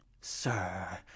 sir